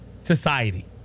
society